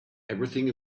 everything